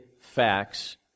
facts